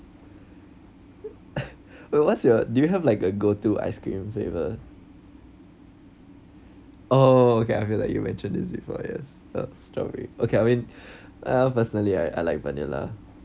what what's your do you have like a go to ice cream flavor oh okay I feel like you mentioned this before yes yes probably okay I mean uh personally I like vanilla